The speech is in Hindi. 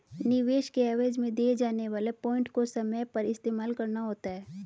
निवेश के एवज में दिए जाने वाले पॉइंट को समय पर इस्तेमाल करना होता है